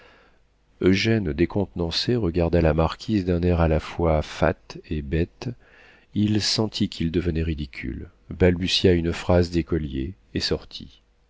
eugène décontenancé regarda la marquise d'un air à la fois fat et bête il sentit qu'il devenait ridicule balbutia une phrase d'écolier et sortit